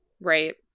Right